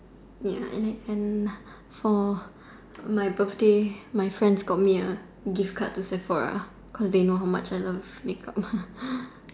ya and I and for for my birthday my friends got me a gift card to Sephora cause they know how much I love makeup